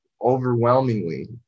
overwhelmingly